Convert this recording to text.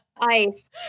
ice